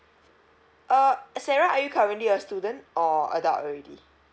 uh sarah are you currently a student or adult already